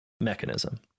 mechanism